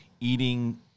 eating